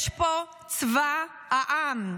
יש פה צבא העם,